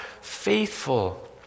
faithful